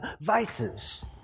vices